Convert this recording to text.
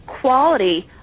quality